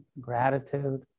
gratitude